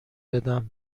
بدم